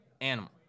animal